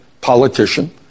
politician